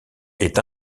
est